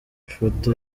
ifoto